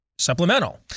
Supplemental